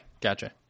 gotcha